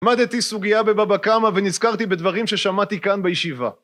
למדתי סוגיה בבבא קמא ונזכרתי בדברים ששמעתי כאן בישיבה